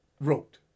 wrote